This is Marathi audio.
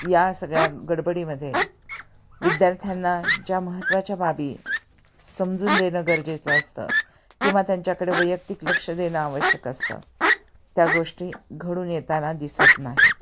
या सगळ्या गडबडीमध्ये विद्यार्थ्यांना ज्या महत्वाच्या बाबी समजून देणं गरजेचं असतं किंवा त्यांच्याकडे वैयक्तिक लक्ष देणं आवश्यक असतं त्या गोष्टी घडून येताना दिसत नाहीत